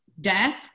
death